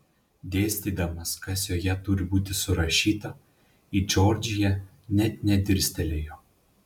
dėstydamas kas joje turi būti surašyta į džordžiją net nedirstelėjo